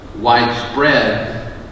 widespread